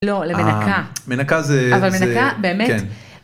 לא למנקה, אבל מנקה באמת.